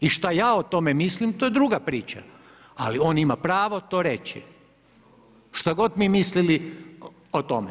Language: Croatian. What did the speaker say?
I šta ja o tome mislim, to je druga priča, ali on ima pravo to reći, šta god mi mislili o tome.